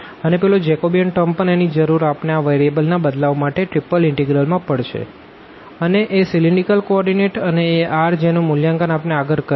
અને પેલો Jacobian term પણ જેની જરૂર આપણે આ વેરીએબલ ના બદલાવ માટે ત્રિપલ ઇનટેગ્રલ માં પડશે અને એ સીલીન્દ્રીકલ કો ઓર્ડીનેટ અને એ r જેનું મૂલ્યાંકન આપણે આગળ કર્યું